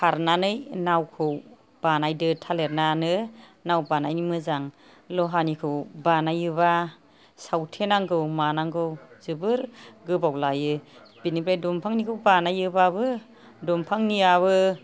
फारनानै नावखौ बानायदो थालिरनानो नाव बानायनो मोजां ल'हानिखौ बानायोबा सावथेनांगौ मानांगौ जोबोर गोबाव लायो बिनिफ्राय दंफांनिखौ बानायोबाबो दंफांनियाबो